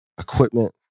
equipment